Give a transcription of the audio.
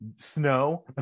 snow